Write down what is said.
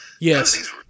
Yes